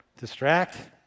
Distract